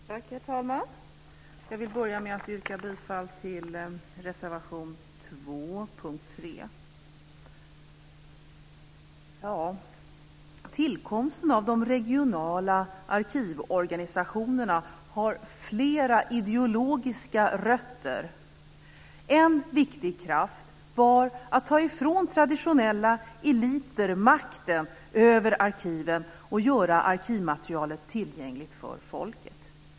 Herr talman! Jag vill börja med att yrka bifall till reservation 2 under punkt 3. Tillkomsten av de regionala arkivorganisationerna har flera ideologiska rötter. En viktig kraft var att ta ifrån traditionella eliter makten över arkiven och göra arkivmaterialet tillgängligt för folket.